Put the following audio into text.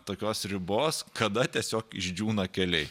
tokios ribos kada tiesiog išdžiūna keliai